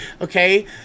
Okay